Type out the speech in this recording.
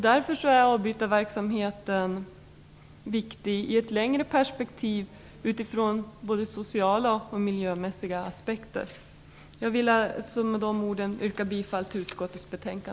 Därför är avbytarverksamheten viktig i ett längre perspektiv både socialt och miljömässigt. Med dessa ord yrkar jag bifall till utskottets hemställan.